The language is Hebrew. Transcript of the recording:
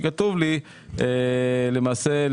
למעשה,